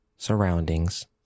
surroundings